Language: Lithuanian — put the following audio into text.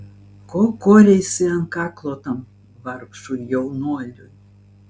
ko koreisi ant kaklo tam vargšui jaunuoliui